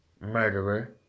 murderer